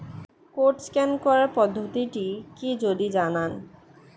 Code scan করার পদ্ধতিটি কি যদি জানান?